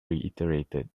reiterated